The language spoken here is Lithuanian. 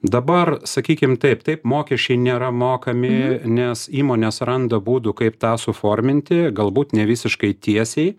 dabar sakykim taip taip mokesčiai nėra mokami nes įmonės randa būdų kaip tą suforminti galbūt nevisiškai tiesiai